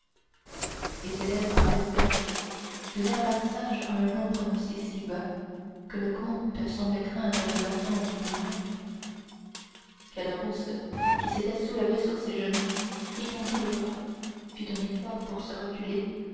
et ses lèvres à peine ouvertes donnèrent passage à un nom prononcé si bas que le comte semblait craindre de l'entendre lui-même caderousse qui s'était soulevé sur ses genoux étendit les bras fit un effort pour se reculer